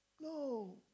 No